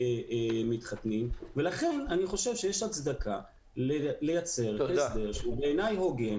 מתחתנים ולכן אני חושב שיש הצדקה לייצר הסדר שהוא בעיניי הוגן.